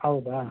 ಹೌದಾ